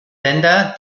länder